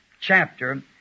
chapter